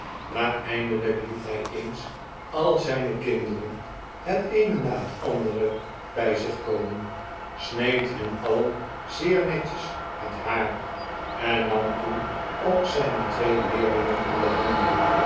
maar eindelyk liet hij eens al zijne kinderen het eene na het andere bij zich komen sneed hen alien zeer netjes het haar en nam toen ook zijne twee leerlingen